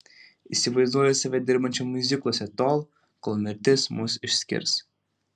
įsivaizduoju save dirbančią miuzikluose tol kol mirtis mus išskirs